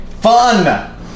Fun